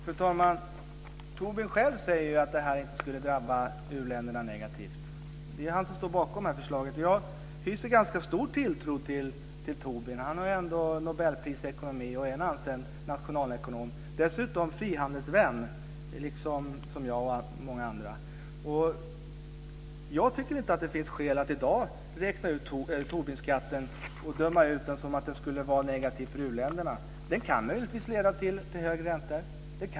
Fru talman! Tobin själv säger att detta inte skulle drabba u-länderna negativt - det är han som står bakom det här förslaget. Jag hyser ganska stor tilltro till Tobin. Han är ändå Nobelpristagare i ekonomi och en ansedd nationalekonom. Dessutom är han liksom jag och många andra frihandelsvän. Jag tycker inte att det i dag finns skäl att döma ut Tobinskatten för att den skulle vara negativ för uländerna. Den kan möjligtvis leda till högre räntor.